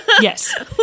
Yes